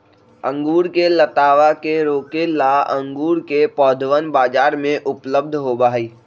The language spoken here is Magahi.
अंगूर के लतावा के रोके ला अंगूर के पौधवन बाजार में उपलब्ध होबा हई